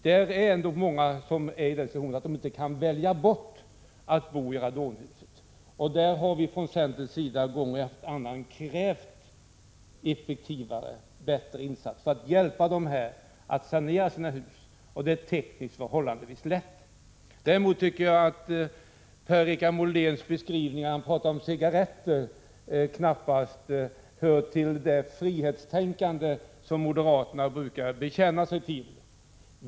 Många är i den situationen att de inte kan välja bort att bo i radonhus, och från centerns sida har vi gång efter annan krävt effektivare och bättre åtgärder för att hjälpa dem att sanera sina hus, vilket är tekniskt förhållandevis lätt. Däremot tycker jag att Per-Richard Moléns tal om cigaretter knappast hör till det frihetstänkande som moderaterna brukar bekänna sig till.